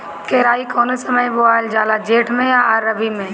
केराई कौने समय बोअल जाला जेठ मैं आ रबी में?